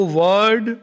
word